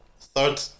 Third